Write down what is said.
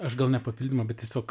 aš gal ne papildymą bet tiesiog